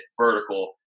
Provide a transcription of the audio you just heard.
vertical